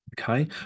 Okay